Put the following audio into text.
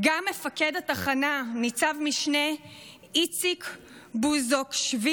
גם מפקד התחנה ניצב משנה איציק בוזוקשוילי,